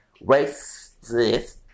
racist